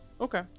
Okay